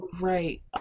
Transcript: right